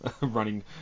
running